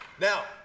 Now